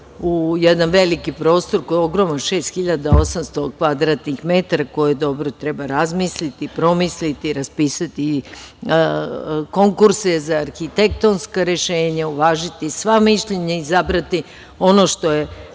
u jedan veliki prostor koji je ogroman, 6.800 kvadratnih metara, koje dobro treba razmisliti, promisliti, raspisati konkurse za arhitektonska rešenja, uvažiti sva mišljenja i izabrati ono što je